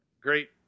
great